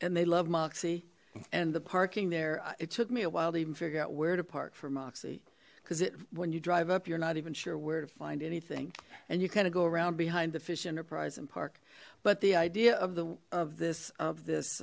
and they love moxie and the parking there it took me a while to even figure out where to park for moxie because it when you drive up you're not even sure where to find anything and you kind of go around behind the fish enterprise and park but the idea of the of this of